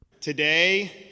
Today